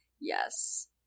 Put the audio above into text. yes